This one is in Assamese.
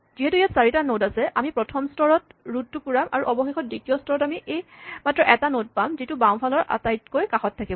যিহেতু ইয়াৰ চাৰিটা নড আছে আমি প্ৰথম স্তৰত ৰোট টো পুৰাম আৰু অৱশেষত দ্বিতীয় স্তৰত আমি মাত্ৰ এটা নড পাম যিটো বাওঁফালৰ আটাইতকৈ কাষত থাকিব